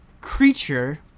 creature